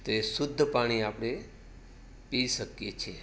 તો એ શુદ્ધ પાણી આપણે પી શકીએ છીએ